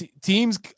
Teams